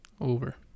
Over